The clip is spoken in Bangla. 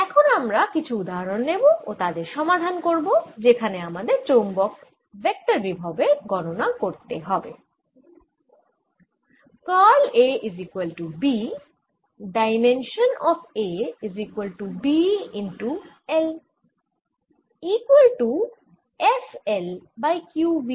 এখন আমরা কিছু উদাহরন নেব ও তাদের সমাধান করব যেখানে আমাদের চৌম্বক ভেক্টর বিভবের গণনা করতে হবে